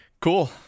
cool